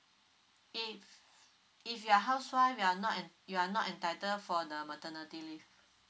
if if your are housewife you are not you are not entitled for the maternity leave